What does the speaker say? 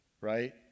right